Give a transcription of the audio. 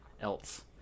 else